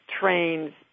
trains